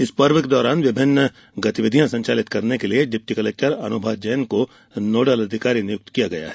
इस पर्व के दौरान विभिन्न गतिविधियां संचालित करने के लिए डिप्टी कलेक्टर अनुभा जैन को नोडल अधिकारी नियुक्त किया गया है